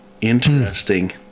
Interesting